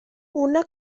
una